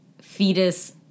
fetus